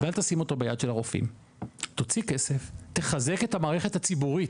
ואל תשים ואתו ביד של הרופאים תוציא כסף ,תחזק את המערכת הציבורית,